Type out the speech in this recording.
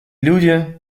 люди